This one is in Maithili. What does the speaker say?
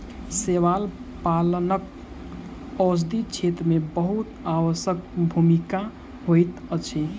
शैवाल पालनक औषधि क्षेत्र में बहुत आवश्यक भूमिका होइत अछि